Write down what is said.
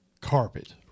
carpet